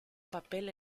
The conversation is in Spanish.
papel